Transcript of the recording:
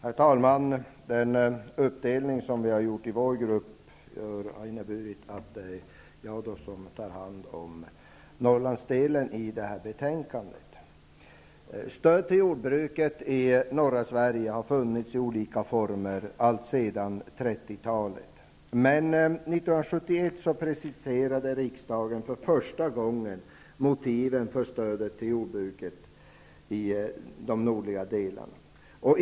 Herr talman! Den uppdelning som har gjorts i den socialdemokratiska gruppen har inneburit att jag skall diskutera Norrlandsfrågorna i dagens betänkande. Stöd till jordbruket i norra Sverige har funnits i olika former alltsedan 30-talet. 1971 preciserade riksdagen för första gången motiven för stödet till jordbruket i de nordliga delarna av Sverige.